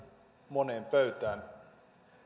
moneen pöytään